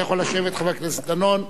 אתה יכול לשבת, חבר הכנסת דנון.